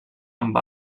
amb